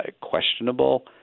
questionable